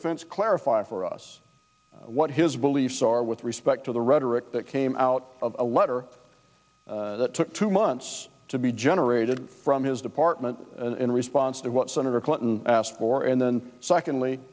security fence clarify for us what his beliefs are with respect to the rhetoric that came out of a letter that took two months to be generated from his department in response to what senator clinton asked for and then secondly